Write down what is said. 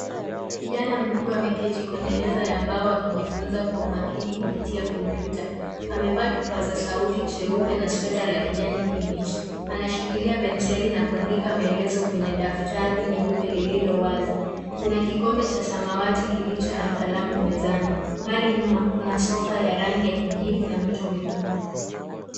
Kijana mdogo ameketi kwenye meza ya mbao akijifunza kwa umakini kupitia kompyuta. Amevaa kipaza sauti cheupe na sweta la kijani kibichi. Anashikilia penseli na kuandika maelezo kwenye daftari nyeupe lililo wazi. Kuna kikombe cha samawati kilicho na kalamu mezani. Mbali nyuma kuna [cs ] sofa [cs ] ya rangi ya kijivu na mito miekundu.